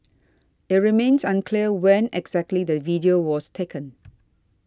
it remains unclear when exactly the video was taken